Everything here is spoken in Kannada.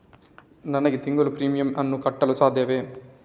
ನನಗೆ ತಿಂಗಳ ಪ್ರೀಮಿಯಮ್ ಅನ್ನು ಕಟ್ಟಲು ಸಾಧ್ಯವೇ?